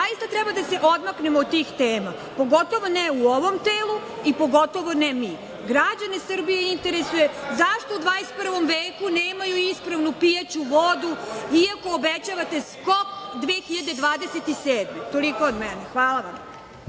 zaista treba da se odmaknemo od tih tema. Evo, upristojite ih. Pogotovo ne u ovom telu i pogotovo ne mi. Građane Srbije interesuje zašto u 21. veku nemaju ispravnu pijaću vodu, iako obećavate skok 2027. godine. Toliko od mene. Hvala vam.